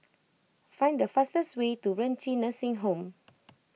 find the fastest way to Renci Nursing Home